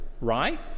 right